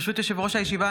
ברשות יושב-ראש הישיבה,